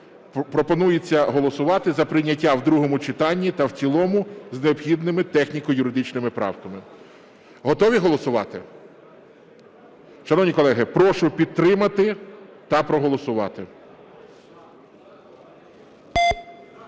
Пропонується голосувати за прийняття у другому читанні та в цілому з необхідними техніко-юридичними правками. Готові голосувати? Шановні колеги, прошу підтримати та проголосувати.